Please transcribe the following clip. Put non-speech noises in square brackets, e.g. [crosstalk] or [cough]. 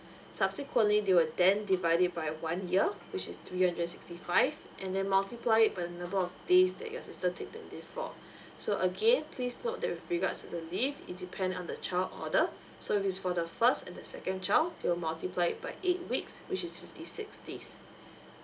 subsequently they will then divide it by one year which is three hundred and sixty five and then multiply it by the number of days that your sister take the leave for [breath] so again please note that with regards to the leave it depends on the child order so if it's for the first and the second child they will multiply it by eight weeks which is fifty six days [breath]